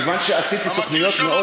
מכיוון שעשיתי תוכניות מאוד,